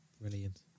Brilliant